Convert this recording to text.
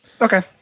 Okay